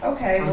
Okay